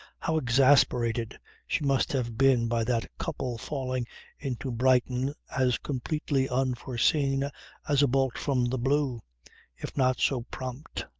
how exasperated she must have been by that couple falling into brighton as completely unforeseen as a bolt from the blue if not so prompt.